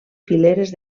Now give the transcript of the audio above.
fileres